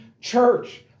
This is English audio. church